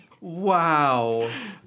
Wow